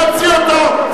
להוציא אותו.